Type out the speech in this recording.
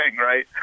right